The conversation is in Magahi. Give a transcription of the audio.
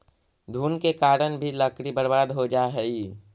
घुन के कारण भी लकड़ी बर्बाद हो जा हइ